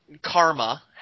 Karma